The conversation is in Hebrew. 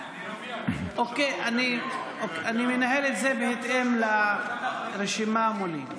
אני מנהל את זה בהתאם לרשימה מולי.